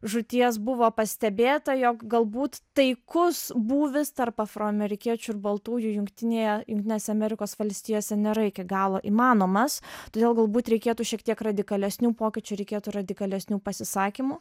žūties buvo pastebėta jog galbūt taikus būvis tarp afroamerikiečių ir baltųjų jungtinėje jungtinėse amerikos valstijose nėra iki galo įmanomas todėl galbūt reikėtų šiek tiek radikalesnių pokyčių reikėtų radikalesnių pasisakymų